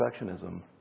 perfectionism